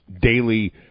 daily